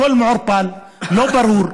הכול מעורפל, לא ברור.